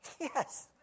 Yes